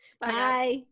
Bye